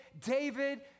David